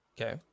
Okay